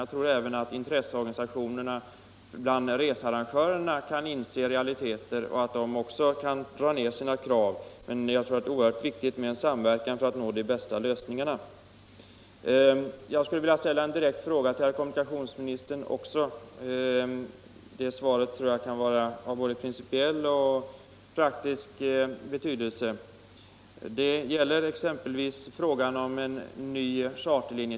Jag tror även att researrangörerna kan inse realiteter och att också de kan slå av på sina krav, men jag anser det vara oerhört viktigt med en samverkan för att nå de bästa lösningarna. Jag skulle vilja ställa en direkt fråga till kommunikationsministern. Jag tror att svaret på den kan ha både principiell och praktisk betydelse. Det gäller principfrågan om nya charterlinjer.